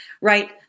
right